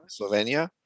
slovenia